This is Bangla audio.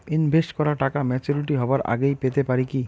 ইনভেস্ট করা টাকা ম্যাচুরিটি হবার আগেই পেতে পারি কি?